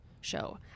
show